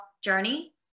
journey